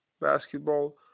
basketball